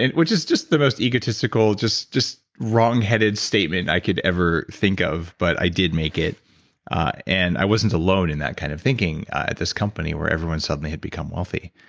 which is just the most egotistical, just just wrongheaded statement i could ever think of, but i did make it and i wasn't alone in that kind of thinking this company where everyone suddenly had become wealthy,